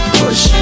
push